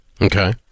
okay